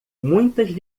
muitas